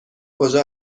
کجا